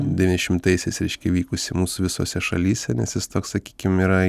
devyniasdešimtaisiais reiškia vykusį mūsų visose šalyse nes jis toks sakykim yra